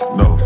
no